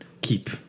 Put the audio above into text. keep